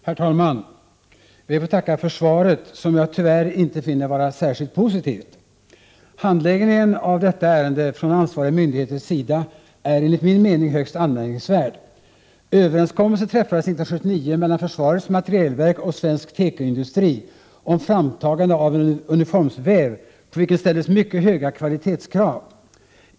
Herr talman! Jag ber att få tacka för svaret, som jag tyvärr inte finner vara särskilt positivt. Handläggningen av detta ärende från ansvariga myndigheters sida är enligt min mening högst anmärkningsvärd. Överenskommelse träffades 1979 mellan försvarets materielverk och svensk tekoindustri om framtagande av en uniformsväv, på vilken ställdes mycket höga kvalitetskrav.